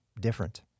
different